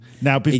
Now